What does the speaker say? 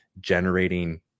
generating